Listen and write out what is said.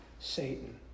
Satan